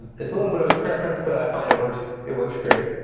it's a little bit of of preference, but i find it works it works great.